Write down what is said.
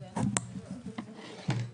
ארנונה לא קשור ואני לא אכניס את זה פה,